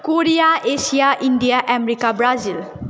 Korea Asia India America Brazil